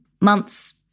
months